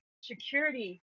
security